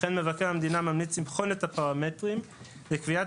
לכן מבקר המדינה ממליץ לבחון את הפרמטרים לקביעת